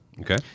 Okay